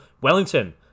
Wellington